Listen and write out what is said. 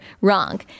wrong